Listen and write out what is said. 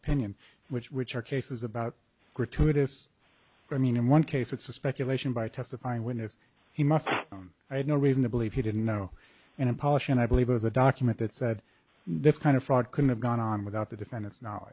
opinion which which are cases about gratuitous i mean in one case it's a speculation by testifying when if he must i have no reason to believe he didn't know and polish and i believe it was a document that said this kind of fraud couldn't have gone on without the defendant's know